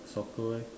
soccer leh